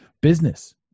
Business